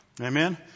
Amen